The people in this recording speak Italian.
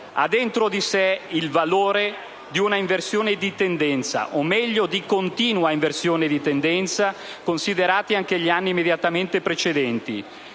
ha dentro di sé il valore di un'inversione di tendenza, o meglio, di una continua inversione di tendenza, considerati anche gli anni immediatamente precedenti,